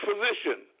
physician